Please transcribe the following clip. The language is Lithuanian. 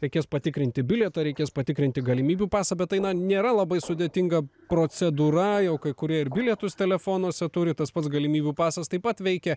reikės patikrinti bilietą reikės patikrinti galimybių pasą bet tai na nėra labai sudėtinga procedūra jau kai kurie ir bilietus telefonuose turi tas pats galimybių pasas taip pat veikia